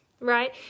right